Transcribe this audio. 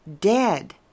Dead